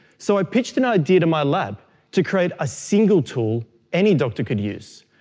so i pitched an idea to my lab to create a single tool any doctor could use.